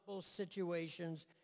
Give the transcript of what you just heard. situations